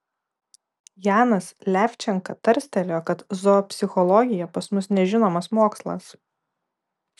janas levčenka tarstelėjo kad zoopsichologija pas mus nežinomas mokslas